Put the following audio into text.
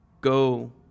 go